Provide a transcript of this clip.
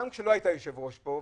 גם כשלא היית יושב-ראש פה,